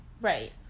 right